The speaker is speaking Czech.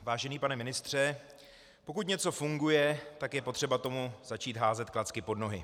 Vážený pane ministře, pokud něco funguje, tak je potřeba tomu začít házet klacky pod nohy.